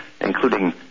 including